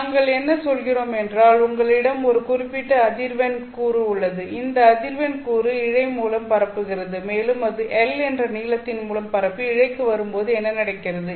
நாங்கள் என்ன சொல்கிறோம் என்றால் உங்களிடம் ஒரு குறிப்பிட்ட அதிர்வெண் கூறு உள்ளது இந்த அதிர்வெண் கூறு இழை மூலம் பரப்புகிறது மேலும் அது L என்ற நீளத்தின் மூலம் பரப்பி இழைக்கு வரும்போது என்ன நடக்கிறது